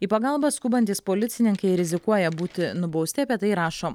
į pagalbą skubantys policininkai rizikuoja būti nubausti apie tai rašo